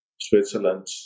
Switzerland